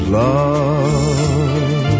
love